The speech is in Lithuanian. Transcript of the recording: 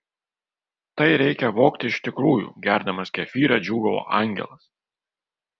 tai reikia vogti iš tikrųjų gerdamas kefyrą džiūgavo angelas